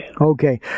Okay